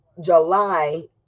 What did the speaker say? july